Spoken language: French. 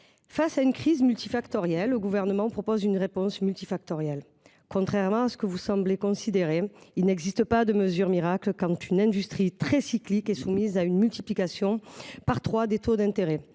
face à une crise multifactorielle, le Gouvernement propose une réponse multifactorielle. Contrairement à ce que vous semblez considérer, il n’existe pas de mesure miracle quand une industrie très cyclique est soumise à une multiplication par trois des taux d’intérêt.